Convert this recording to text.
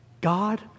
God